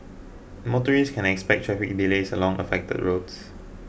motorist can expect traffic delays along affected roads